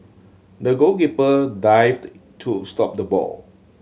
the goalkeeper dived to stop the ball